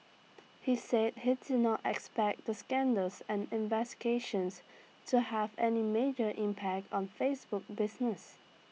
he said he did not expect the scandals and investigations to have any major impact on Facebook business